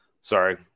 sorry